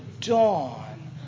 dawn